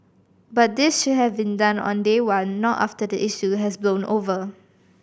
but this should have been done on day one not after the issue has blown over